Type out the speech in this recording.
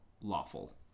lawful